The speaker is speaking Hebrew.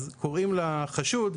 אז קוראים לחשוד,